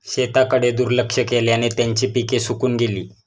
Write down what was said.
शेताकडे दुर्लक्ष केल्याने त्यांची पिके सुकून गेली